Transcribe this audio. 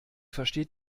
versteht